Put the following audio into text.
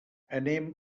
anem